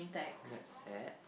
is that sad